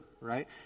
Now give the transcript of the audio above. right